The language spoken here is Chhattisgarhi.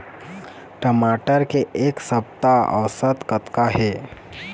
टमाटर के एक सप्ता औसत कतका हे?